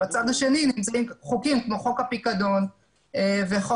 בצד שני נמצאים חוקים כמו חוק הפיקדון וחוק